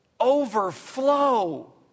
overflow